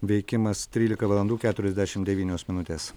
veikimas trylika valandų keturiasdešim devynios minutės